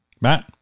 Matt